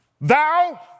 thou